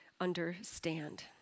understand